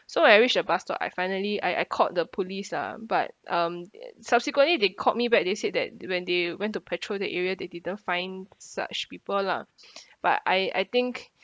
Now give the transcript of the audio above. so when I reached the bus stop I finally I I called the police lah but um subsequently they called me back they said that when they went to patrol that area they didn't find such people lah but I I think